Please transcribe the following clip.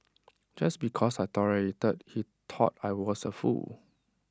just because I tolerated he thought I was A fool